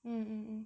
mm mm mm